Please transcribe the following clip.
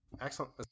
Excellent